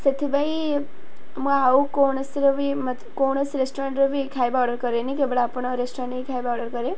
ସେଥିପାଇଁ ମୁଁ ଆଉ କୌଣସିର ବି କୌଣସି ରେଷ୍ଟୁରାଣ୍ଟର ବି ଖାଇବା ଅର୍ଡ଼ର କରେନି କେବଳ ଆପଣଙ୍କ ରେଷ୍ଟୁରାଣ୍ଟ ହି ଖାଇବା ଅର୍ଡ଼ର କରେ